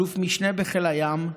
אלוף משנה בחיל הים,